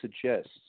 suggests